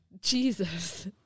Jesus